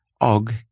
Og